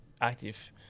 active